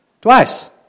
Twice